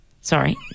Sorry